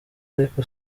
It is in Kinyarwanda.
ariko